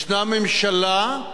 ישנה ממשלה,